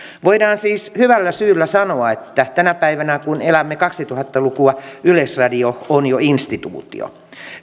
voidaan siis hyvällä syyllä sanoa että tänä päivänä kun elämme kaksituhatta lukua yleisradio on jo instituutio